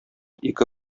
ике